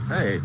Hey